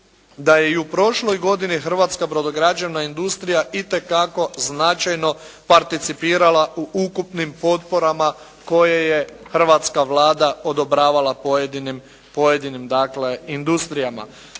da je i u prošloj godini hrvatska brodograđevna industrija itekako značajno participirala u ukupnim potporama koje je hrvatska Vlada odobravala pojedinim, pojedinim